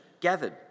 gathered